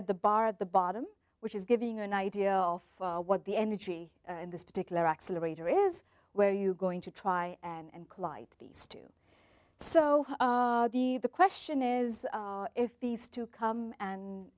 at the bar at the bottom which is giving an idea of what the energy in this particular accelerator is where you going to try and collide these two so the the question is if these two come and